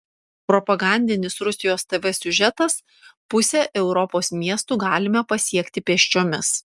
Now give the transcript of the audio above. propagandinis rusijos tv siužetas pusę europos miestų galime pasiekti pėsčiomis